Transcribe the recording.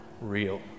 real